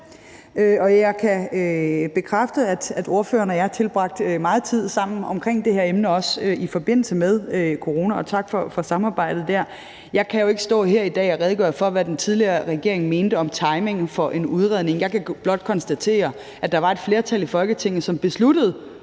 Jeg kan bekræfte, at ordføreren og jeg har tilbragt meget tid sammen omkring det her emne også i forbindelse med corona, og tak for samarbejdet der. Jeg kan jo ikke stå her i dag og redegøre for, hvad den tidligere regering mente om timingen for en udredning. Jeg kan blot konstatere, at der var et flertal i Folketinget, som besluttede